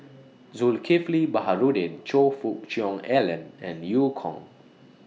Zulkifli Baharudin Choe Fook Cheong Alan and EU Kong